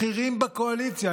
בכירים בקואליציה,